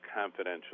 confidential